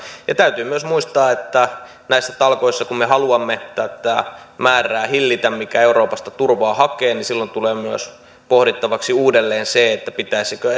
täytyy myös muistaa että näissä talkoissa kun me haluamme hillitä tätä määrää mikä euroopasta turvaa hakee silloin tulee myös pohdittavaksi uudelleen se pitäisikö